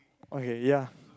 okay ya